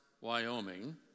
Wyoming